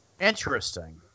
interesting